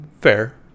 fair